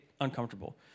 uncomfortable